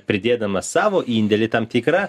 pridėdamas savo indėlį tam tikrą